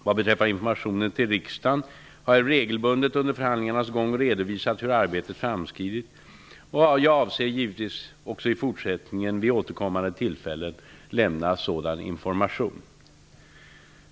Vad beträffar informationen till riksdagen har jag regelbundet under förhandlingarnas gång redovisat hur arbetet framskridit, och jag avser givetvis även fortsättningsvis vid återkommande tillfällen lämna sådan information.